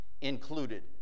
included